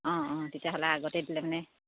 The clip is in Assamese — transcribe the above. অঁ অঁ তেতিয়াহ'লে আগতেই দিলে মানে